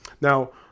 Now